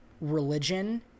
religion